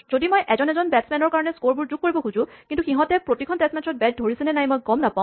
যদি মই এজন এজন বেট্ছমেনৰ কাৰণে স্ক'ৰবোৰ যোগ কৰিব খোজো কিন্তু সিহঁতে প্ৰতিখন টেষ্টমেট্ছত বেট ধৰিছেনে নাই মই গম নাপাও